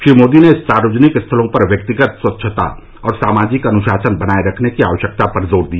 श्री मोदी ने सार्वजनिक स्थलों पर व्यक्तिगत स्वच्छता और सामाजिक अनुशासन बनाए रखने की आवश्यकता पर जोर दिया